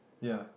ya